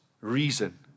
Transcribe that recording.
reason